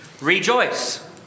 Rejoice